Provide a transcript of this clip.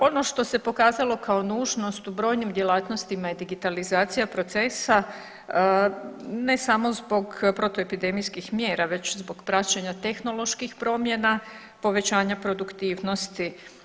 Ono što se pokazalo kao nužnost u brojnim djelatnostima je digitalizacija procesa ne samo zbog protuepidemijskih mjera, nego zbog praćenja tehnoloških promjena, povećanja produktivnosti.